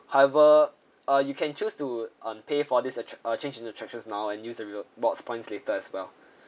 however uh you can choose to um pay for this atrrac~ uh change the attractions now and use the rewards points later as well